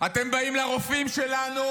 אתם באים לרופאים שלנו,